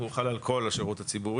והוא חל על כל השירות הציבורי,